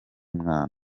mwana